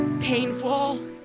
painful